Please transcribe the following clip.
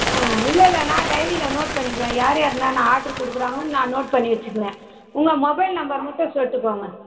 ஆ இல்லை இல்லை நான் டைரியில நோட் பண்ணிக்குவேன் யார் யார் என்னான்ன ஆட்ரு கொடுக்குறாங்கன்னு நான் நோட் பண்ணி வச்சுக்குவேன் உங்கள் மொபைல் நம்பர் மட்டும் சொல்லிட்டு போங்க